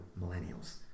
Millennials